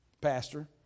pastor